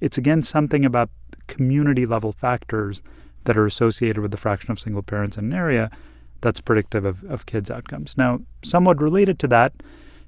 it's again something about community-level factors that are associated with the fraction of single parents in an area that's predictive of of kids' outcomes now, somewhat related to that